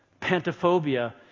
Pantophobia